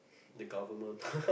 the government